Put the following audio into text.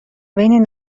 بین